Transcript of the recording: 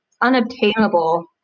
unobtainable